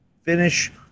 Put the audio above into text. finish